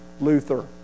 Luther